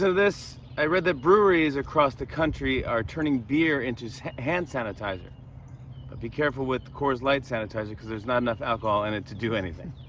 this. i read that breweries across the country are turning beer into so hand sanitizer. but be careful with coors light sanitizer cause there's not enough alcohol in and it to do anything.